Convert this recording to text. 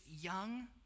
young